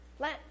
Let